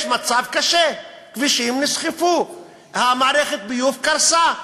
יש מצב קשה, כבישים נסחפו, מערכת הביוב קרסה,